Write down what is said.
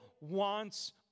wants